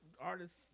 artists